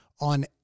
on